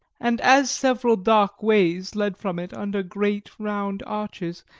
and as several dark ways led from it under great round arches,